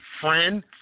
friend